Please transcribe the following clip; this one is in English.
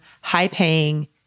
high-paying